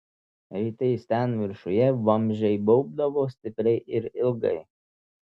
rytais ten viršuje vamzdžiai baubdavo stipriai ir ilgai